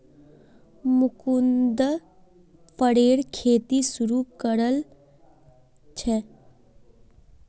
मुकुन्द फरेर खेती शुरू करल छेक